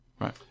Right